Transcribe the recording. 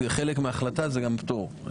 חלק מההחלטה הוא גם פטור מחובת הנחה.